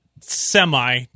semi